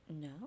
No